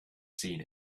seen